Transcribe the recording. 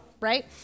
right